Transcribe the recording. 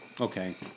okay